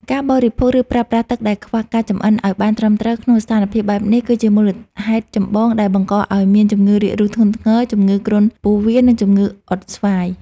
ការបរិភោគ ឬប្រើប្រាស់ទឹកដែលខ្វះការចម្អិនឱ្យបានត្រឹមត្រូវក្នុងស្ថានភាពបែបនេះ គឺជាមូលហេតុចម្បងដែលបង្កឱ្យមានជំងឺរាករូសធ្ងន់ធ្ងរ ជំងឺគ្រុនពោះវៀន និងជំងឺអុតស្វាយ។